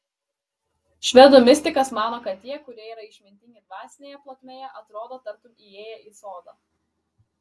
švedų mistikas mano kad tie kurie yra išmintingi dvasinėje plotmėje atrodo tartum įėję į sodą